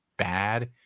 bad